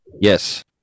Yes